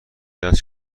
است